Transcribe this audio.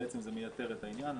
בעצם זה מייתר את העניין.